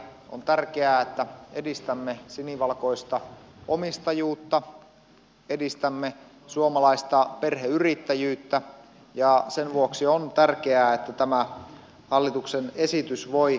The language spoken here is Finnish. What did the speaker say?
on tärkeää että edistämme sinivalkoista omistajuutta edistämme suomalaista perheyrittäjyyttä ja sen vuoksi on tärkeää että tämä hallituksen esitys voi edetä